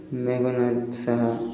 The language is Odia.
ମେଘନାଥ ଶାହା